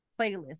playlist